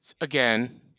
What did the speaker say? again